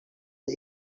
les